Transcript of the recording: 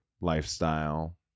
lifestyle